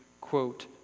quote